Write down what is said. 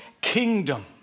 kingdom